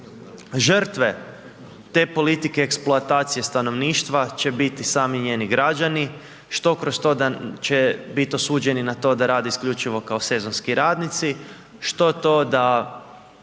žrtve te politike eksploatacije stanovništva će biti sami njeni građani, što kroz to da će bit osuđeni na to da rade isključivo kao sezonski radnici, što to da